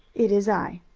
it is i.